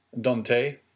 Dante